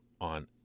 on